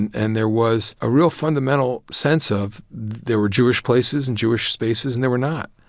and there was a real fundamental sense of there were jewish places and jewish spaces and there were not.